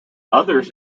others